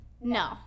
no